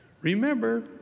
Remember